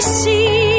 see